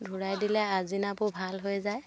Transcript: ধুৱাই দিলে আজিনাবোৰ ভাল হৈ যায়